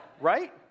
Right